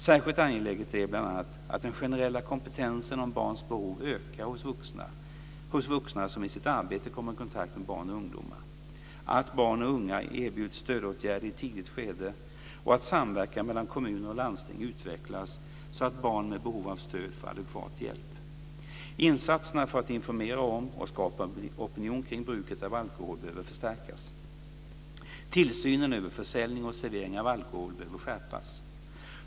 Särskilt angeläget är bl.a. att den generella kompetensen om barns behov ökar hos vuxna som i sitt arbete kommer i kontakt med barn och unga, att barn och unga erbjuds stödåtgärder i ett tidigt skede och att samverkan mellan kommuner och landsting utvecklas så att barn med behov av stöd får adekvat hjälp. Insatserna för att informera om och skapa opinion kring bruket av alkohol behöver förstärkas. Tillsynen över försäljning och servering av alkohol behöver skärpas.